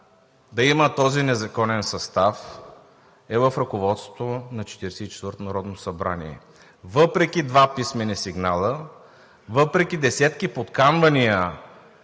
да има този незаконен състав е в ръководството на 44-ото народно събрание – въпреки два писмени сигнали, въпреки десетки подканяния,